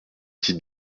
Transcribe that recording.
type